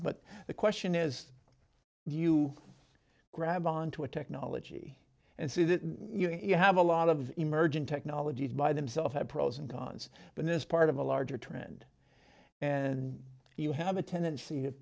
but the question is do you grab onto a technology and see that you have a lot of emerging technologies by themself that pros and cons but is part of a larger trend and you have a tendency